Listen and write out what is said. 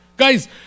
Guys